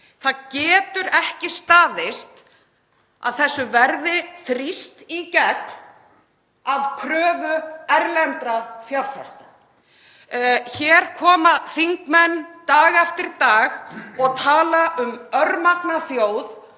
Það getur ekki staðist að þessu verði þrýst í gegn að kröfu erlendra fjárfesta. Hér koma þingmenn dag eftir dag og tala um örmagna þjóð,